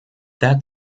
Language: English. that